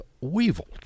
weevils